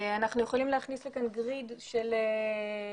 אנחנו יכולים להכניס לכאן גריד של בתים,